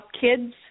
kids